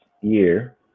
year